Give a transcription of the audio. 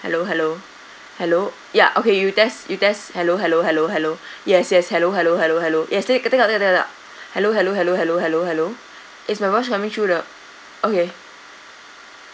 hello hello hello yeah okay you test you test hello hello hello hello yes yes hello hello hello hello yes take take out take out take out hello hello hello hello hello hello is my voice coming through the okay